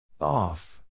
Off